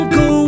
go